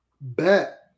Bet